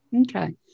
Okay